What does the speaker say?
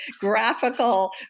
graphical